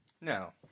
Now